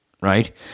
right